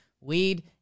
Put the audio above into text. Weed